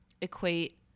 equate